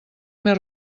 més